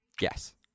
Yes